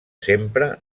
sempre